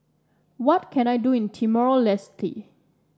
what can I do in Timor Leste